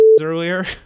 earlier